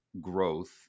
growth